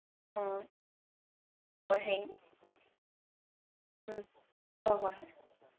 ꯑꯥ ꯍꯣꯏ ꯎꯝ ꯍꯣꯏ ꯍꯣꯏ ꯍꯣꯏ